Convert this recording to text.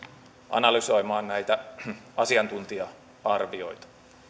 analysoimaan näitä asiantuntija arvioita